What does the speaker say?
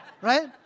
Right